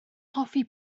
hoffi